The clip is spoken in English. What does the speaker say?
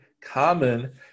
common